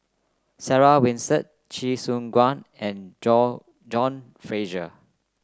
Sarah Winstedt Chee Soon and John John Fraser